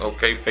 Okay